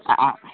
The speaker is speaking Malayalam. ആ ആ